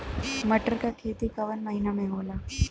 मटर क खेती कवन महिना मे होला?